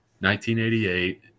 1988